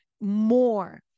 more